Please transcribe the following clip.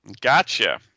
Gotcha